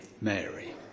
Mary